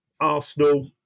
Arsenal